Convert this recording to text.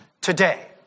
today